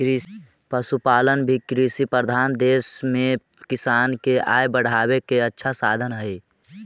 पशुपालन भी कृषिप्रधान देश में किसान के आय बढ़ावे के अच्छा साधन हइ